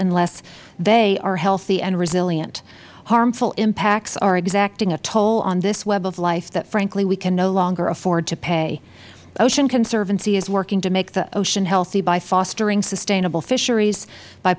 unless they are healthy and resilient harmful impacts are exacting a toll on this web of life that frankly we can no longer afford to pay ocean conservancy is working to make the ocean healthy by fostering sustainable fisheries by